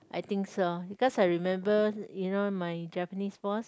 I think so because I remember you know my Japanese boss